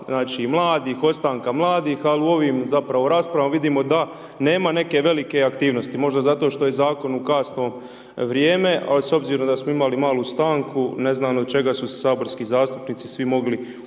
usta mladih, ostanka mladih, ali u ovom zapravo raspravama, vidimo da nema neke velike aktivnosti. Možda zato što je zakon u kasni vrijeme ali s obzirom da smo imali malu stanku, ne znam od čega su se saborski zastupnici svi mogli umoriti.